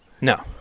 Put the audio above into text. No